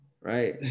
right